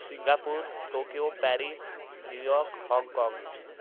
Singapore Tokyo Paris New York Hong Kong